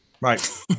Right